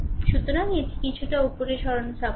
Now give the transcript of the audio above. সুতরাং এটি কিছুটা উপরে সরান সাফ করুন